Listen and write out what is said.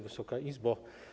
Wysoka Izbo!